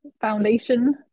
foundation